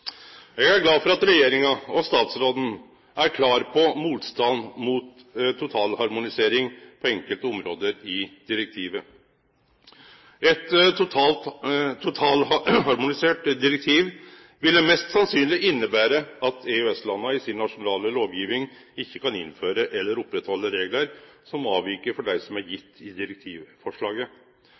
Eg er glad for at regjeringa og statsråden er klar på motstanden mot totalharmonisering på enkelte område i direktivet. Eit totalharmonisert direktiv ville mest sannsynleg innebere at EØS-landa i si nasjonale lovgjeving ikkje kan innføre eller halde ved lag reglar som avvik frå dei som er gjevne i direktivforslaget. Det er tilfredsstillande at regjeringa jobbar aktivt med å påverke direktivforslaget,